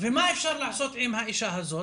ומה אפשר לעשות עם האישה הזאת?